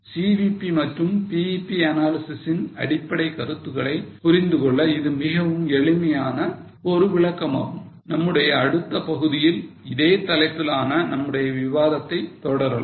CVP மற்றும் BEP analysis இன் அடிப்படை கருத்துகளை புரிந்து கொள்ள இது மிகவும் எளிமையான ஒரு விளக்கமாகும் நம்முடைய அடுத்த பகுதியில் இதே தலைப்பிலான நம்முடைய விவாதத்தை தொடரலாம்